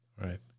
right